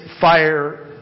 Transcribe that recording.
Fire